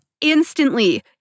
instantly